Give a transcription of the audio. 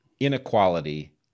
Inequality